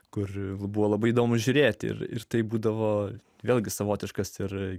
kur buvo labai įdomu žiūrėti ir ir tai būdavo vėlgi savotiškas ir